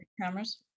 cameras